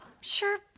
Sure